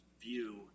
view